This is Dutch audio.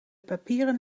papieren